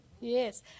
Yes